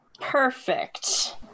perfect